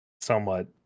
somewhat